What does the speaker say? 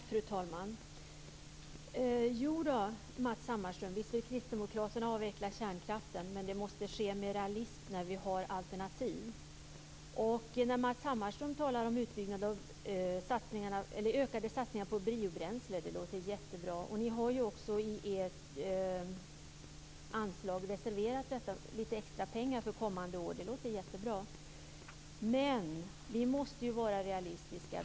Fru talman! Jodå, Matz Hammarström, visst vill Kristdemokraterna avveckla kärnkraften, men det måste ske med realism när vi har alternativ. Matz Hammarström talar om ökade satsningar på biobränslen. Det låter jättebra. Ni har ju också i ert anslag reserverat lite extra pengar för kommande år, och det låter också väldigt bra. Men vi måste vara realistiska.